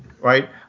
right